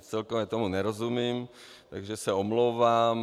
Celkově tomu nerozumím, takže se omlouvám.